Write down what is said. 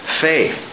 Faith